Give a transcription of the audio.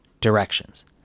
directions